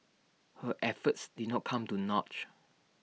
her efforts did not come to